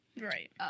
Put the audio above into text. Right